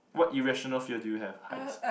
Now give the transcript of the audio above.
what irrational fear do you have heights